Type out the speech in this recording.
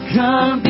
Come